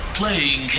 playing